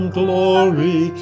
glory